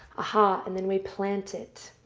aha, and then we plant it.